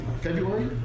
February